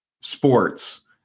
sports